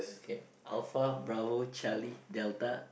okay alpha bravo charlie delta